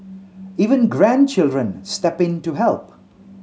even grandchildren step in to help